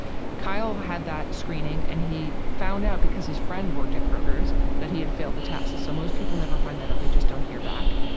kyle had that screening and he found out because his friend worked at kroger's that he had failed the test. so most people never find that out. they just don't hear back.